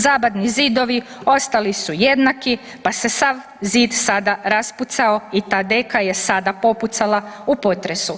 Zabatni zidovi ostali su jednaki, pa se sav zid sada raspucao i ta deka je sada popucala u potresu.